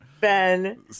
Ben